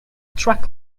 track